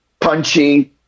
punchy